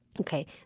Okay